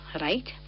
right